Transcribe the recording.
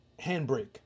Handbrake